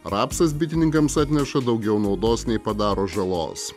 rapsas bitininkams atneša daugiau naudos nei padaro žalos